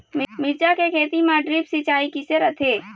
मिरचा के खेती म ड्रिप सिचाई किसे रथे?